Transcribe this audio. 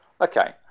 Okay